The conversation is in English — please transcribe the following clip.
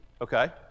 okay